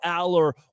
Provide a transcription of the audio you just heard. Aller